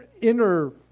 inner